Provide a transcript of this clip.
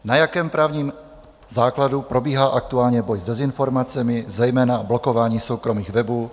Na jakém právním základu probíhá aktuálně boj s dezinformacemi, zejména blokování soukromých webů?